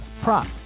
prop